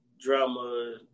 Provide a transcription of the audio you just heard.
drama